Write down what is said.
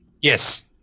Yes